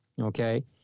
Okay